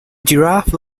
giraffe